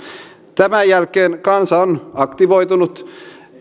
tämän jälkeen kansa on aktivoitunut